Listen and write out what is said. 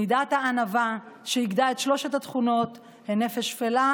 מידת הענווה שאיגדה את שלוש התכונות הן נפש שפלה,